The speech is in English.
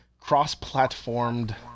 cross-platformed